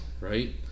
right